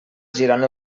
girant